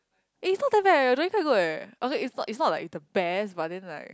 eh it's not that bad eh your drawing quite good eh okay it's not it's not like the best but then like